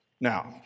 Now